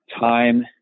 time